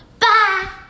Bye